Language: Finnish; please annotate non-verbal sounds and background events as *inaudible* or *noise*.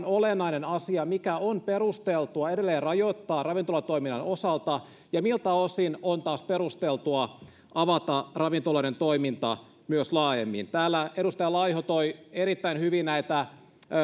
*unintelligible* olennainen asia mikä on perusteltua edelleen rajoittaa ravintolatoiminnan osalta ja miltä osin on taas perusteltua avata ravintoloiden toimintaa myös laajemmin täällä edustaja laiho toi jo erittäin hyvin näitä